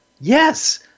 Yes